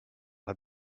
had